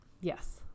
Yes